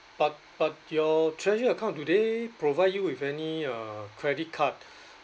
but but your treasure account do they provide you with any uh credit card